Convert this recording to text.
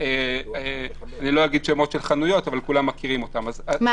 אני מכבד את הדעות שלכם, אבל